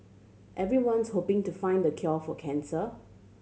everyone's hoping to find the cure for cancer